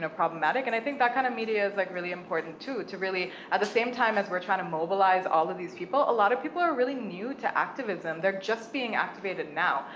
problematic, and i think that kind of media is, like, really important too to really, at the same time as we're tryin' to mobilize all of these people, a lot of people are really new to activism. they're just being activated now,